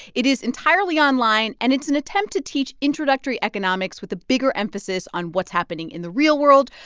it is entirely online, and it's an attempt to teach introductory economics with a bigger emphasis on what's happening in the real world,